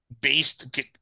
based